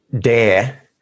dare